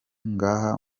ngaha